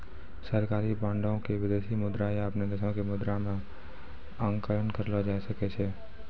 सरकारी बांडो के विदेशी मुद्रा या अपनो देशो के मुद्रा मे आंकलन करलो जाय सकै छै